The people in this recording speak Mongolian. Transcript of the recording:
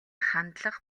хандлага